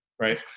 Right